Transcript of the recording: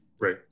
Right